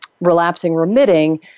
relapsing-remitting